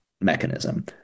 mechanism